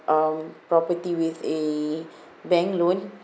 um property with a bank loan